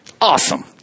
Awesome